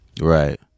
Right